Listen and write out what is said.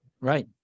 Right